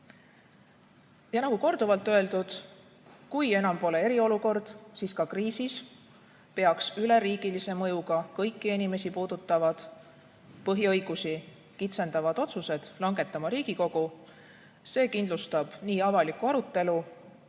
Ja nagu korduvalt öeldud, kui enam pole eriolukord, siis ka kriisis peaks üleriigilise mõjuga, kõiki inimesi puudutavad, põhiõigusi kitsendavad otsused langetama Riigikogu. See kindlustab nii avaliku arutelu,